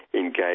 engage